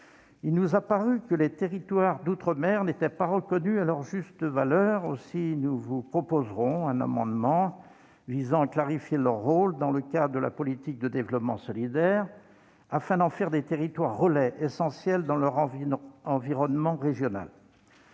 Il nous a semblé que les territoires d'outre-mer n'étaient pas reconnus à leur juste valeur ; aussi, nous vous proposerons un amendement visant à clarifier leur rôle dans le cadre de la politique de développement solidaire, afin d'en faire des territoires relais, essentiels dans leur environnement régional.